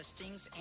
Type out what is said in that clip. listings